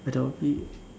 Adobe